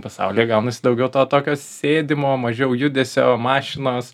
pasaulyje gaunasi daugiau to tokio sėdimo mažiau judesio mašinos